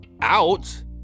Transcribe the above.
Out